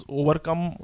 overcome